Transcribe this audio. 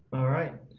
alright.